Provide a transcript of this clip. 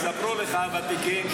יספרו לך הוותיקים,